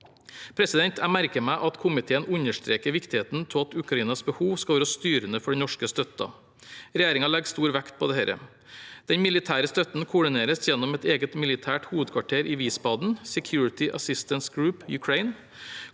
vår sikkerhet. Jeg merker meg at komiteen understreker viktigheten av at Ukrainas behov skal være styrende for den norske støtten. Regjeringen legger stor vekt på dette. Den militære støtten koordineres gjennom et eget militært hovedkvarter i Wiesbaden – Security Assistance Group Ukraine